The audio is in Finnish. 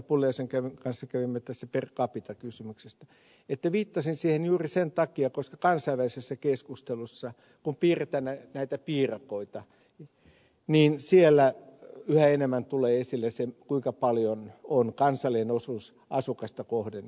pulliaisen kanssa kävimme tässä per capita kysymyksestä että viittasin siihen juuri sen takia että kansainvälisessä keskustelussa kun piirretään näitä piirakoita yhä enemmän tulee esille se kuinka paljon on kansallinen osuus asukasta kohden